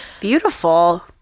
beautiful